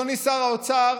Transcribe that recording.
אדוני שר האוצר,